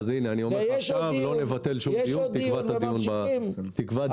יש עוד דיון וממשיכים.